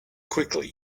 quickly